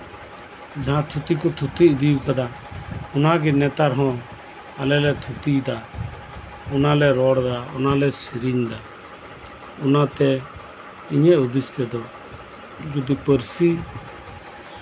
ᱡᱟᱸᱦᱟ ᱛᱷᱩᱛᱤ ᱠᱚ ᱛᱷᱩᱛᱤ ᱤᱫᱤ ᱠᱟᱫᱟ ᱚᱱᱟᱜᱮ ᱱᱮᱛᱟᱨᱦᱚᱸ ᱟᱞᱮ ᱞᱮ ᱛᱷᱩᱛᱤ ᱭᱮᱫᱟ ᱚᱱᱟᱞᱮ ᱨᱚᱲᱫᱟ ᱚᱱᱟᱞᱮ ᱥᱮᱨᱮᱧᱫᱟ ᱚᱱᱟᱛᱮ ᱤᱧᱟᱹᱜ ᱦᱩᱫᱤᱥ ᱛᱮᱫᱚ ᱥᱟᱱᱛᱟᱲᱤ ᱯᱟᱹᱨᱥᱤ